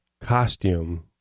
costume